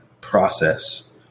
process